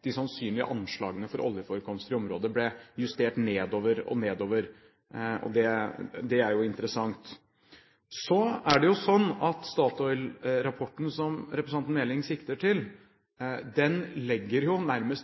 de sannsynlige anslagene for oljeforekomster i området ble justert nedover og nedover. Det er jo interessant. Så er det sånn at Statoil-rapporten, som representanten Meling sikter til, nærmest legger